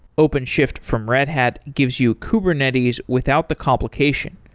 openshift from red hat gives you kubernetes without the complication.